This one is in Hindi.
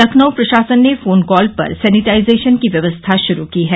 लखनऊ प्रशासन ने फोन कॉल पर सेनिटाइजेशन की व्यवस्था श्रू की है